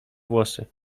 włosy